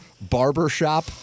Barbershop